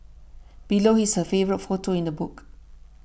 below is her favourite photo in the book